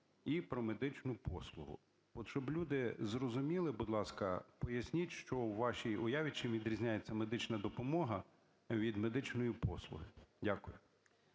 і про медичну послугу. От щоб люди зрозуміли, будь ласка, поясніть, що у вашій уяві чим відрізняється медична допомога від медичної послуги? Дякую.